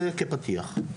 זה כפתיח.